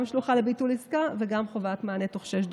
גם שלוחה לביטול עסקה וגם חובת מענה תוך שש דקות.